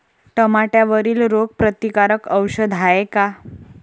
टमाट्यावरील रोग प्रतीकारक औषध हाये का?